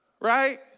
Right